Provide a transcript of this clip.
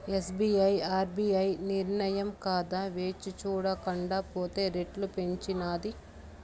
SBI RBI నిర్నయం దాకా వేచిచూడకండా రెపో రెట్లు పెంచినాది